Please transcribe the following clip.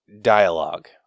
Dialogue